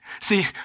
See